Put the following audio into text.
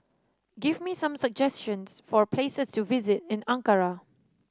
give me some suggestions for places to visit in Ankara